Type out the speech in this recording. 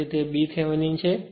તેથી તે b Thevenin છે